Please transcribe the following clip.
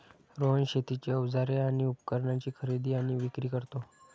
रोहन शेतीची अवजारे आणि उपकरणाची खरेदी आणि विक्री करतो